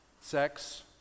sex